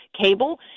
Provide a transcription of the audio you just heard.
cable